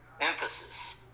emphasis